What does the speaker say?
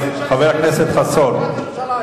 חבר הכנסת חסון,